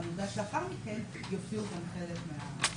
ובמפגש לאחר מכן יופיעו גם חלק מהארגונים.